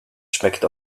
schmeckt